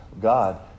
God